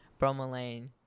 bromelain